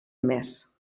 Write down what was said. més